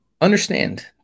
understand